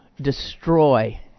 destroy